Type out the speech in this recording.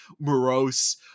morose